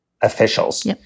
officials